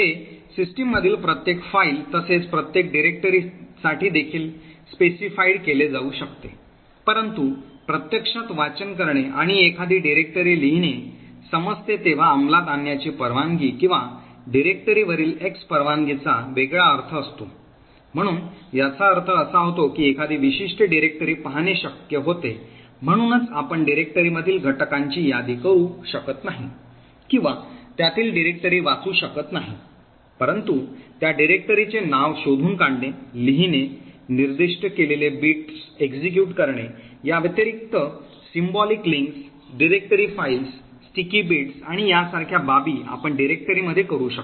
हे सिस्टीममधील प्रत्येक फाईल तसेच प्रत्येक डिरेक्टरीसाठीदेखील निर्दिष्ट केले जाऊ शकते परंतु प्रत्यक्षात वाचन करणे आणि एखादी निर्देशिका लिहिणे समजते तेव्हा अंमलात आणण्याची परवानगी किंवा डिरेक्टरीवरील X परवानगीचा वेगळा अर्थ असतो म्हणून याचा अर्थ असा होतो की एखादी विशिष्ट डिरेक्टरी पाहणे शक्य होते म्हणूनच आपण डिरेक्टरीमधील घटकांची यादी करू शकत नाही किंवा त्यातील निर्देशिका वाचू शकत नाही परंतु त्या डिरेक्टरीचे नाव शोधून काढणे लिहिणे निर्दिष्ट केलेले बिट कार्यान्वित करणे या व्यतिरिक्त प्रतीकात्मक दुवे निर्देशिका फायली चिकट बिट्स आणि यासारख्या बाबी आपण डिरेक्टरी मध्ये करू शकतो